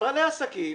בעלי עסקים,